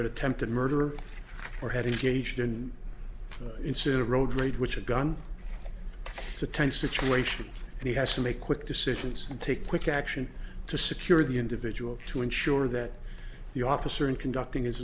attempted murder or had a gaijin instead of road rage which a gun it's a tense situation and he has to make quick decisions and take quick action to secure the individual to ensure that the officer in conducting his